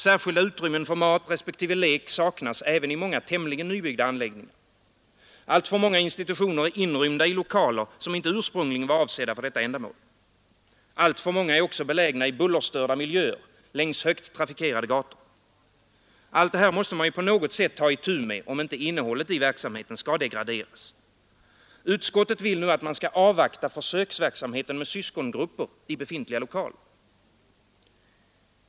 Särskilda utrymmen för mat respektive lek saknas även i många tämligen nybyggda anläggningar. Alltför många institutioner är inrymda i lokaler som inte ursprungligen var avsedda för detta ändamål. Alltför många är också belägna i bullerstörda miljöer, längs högt trafikerade gator. Allt detta måste man på något sätt ta itu med, om inte innehållet i verksamheten skall degraderas. Utskottet vill att man skall avvakta försöksverksamheten med syskongrupper i befintliga lokaler.